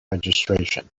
registration